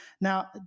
Now